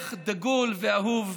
מחנך דגול ואהוב.